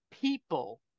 people